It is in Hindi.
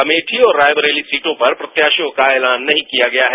अमेठी और रायबरेली सीटों पर प्रत्याशियों का एलान नहीं किया गया है